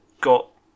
got